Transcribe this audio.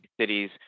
cities